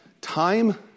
time